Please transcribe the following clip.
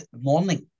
morning